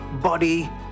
Body